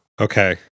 Okay